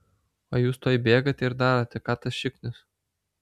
o jūs tuoj bėgate ir darote ką tas šiknius